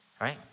right